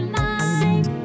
life